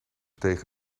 tegen